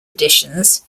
additions